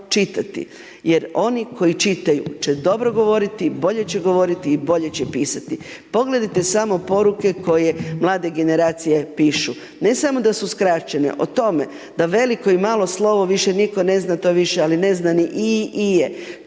jer oni koji čitaju će dobro govoriti, bolje će govoriti i bolje će pisati. Pogledajte samo poruke koje mlade generacije pišu, ne samo da su skraćene, o tome da veliko i malo slovo više nitko ne zna to je više, ali ne zna ni i, ije,